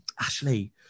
Ashley